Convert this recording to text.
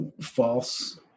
false